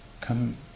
come